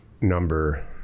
number